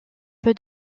peu